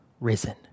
risen